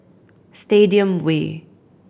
Stadium Way